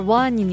one